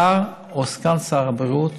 לשר או לסגן שר הבריאות